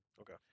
Okay